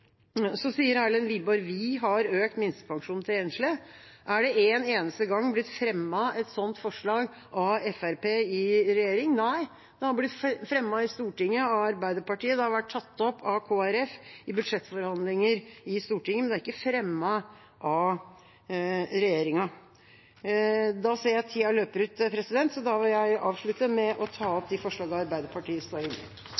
Så sier Erlend Wiborg: Vi har økt minstepensjonen til enslige. Er det én eneste gang blitt fremmet et sånt forslag av Fremskrittspartiet i regjering? Nei, det har blitt fremmet i Stortinget av Arbeiderpartiet, og det har vært tatt opp av Kristelig Folkeparti i budsjettforhandlinger i Stortinget, men det har ikke vært fremmet av regjeringa. En debatt som begynner å gå mot slutten, viser at vi ser